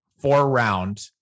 four-round